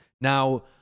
Now